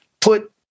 put